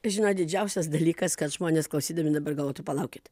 žinot didžiausias dalykas kad žmonės klausydami dabar galvotų palaukit